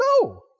no